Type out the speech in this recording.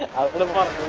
the body